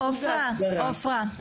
עופרה,